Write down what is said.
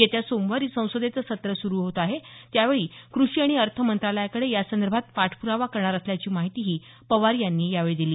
येत्या सोमवारी संसदेचं सत्र सुरू होत आहे त्यावेळी कृषी आणि अर्थमंत्रालयाकडे या संदर्भात पाठप्रावा करणार असल्याची माहिती पवार यांनी यावेळी दिली